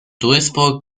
duisburg